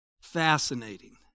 fascinating